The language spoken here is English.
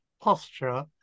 posture